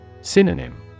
Synonym